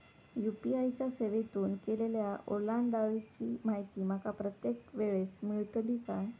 UPI च्या सेवेतून केलेल्या ओलांडाळीची माहिती माका प्रत्येक वेळेस मेलतळी काय?